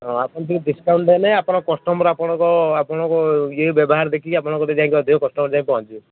ହଁ ଆପଣ ଟିକେ ଡିସକାଉଣ୍ଟ ଦେଲେ ଆପଣ କଷ୍ଟମର ଆପଣଙ୍କ ଆପଣଙ୍କ ଇଏ ବ୍ୟବହାର ଦେଖିକି ଆପଣଙ୍କ କତିରେ ଯାଇ ଅଧିକ କଷ୍ଟମର ଯାଇ ପହଞ୍ଚିବେ